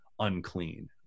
unclean